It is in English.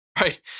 right